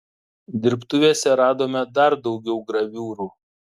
dirbtuvėse radome dar daugiau graviūrų